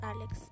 Alex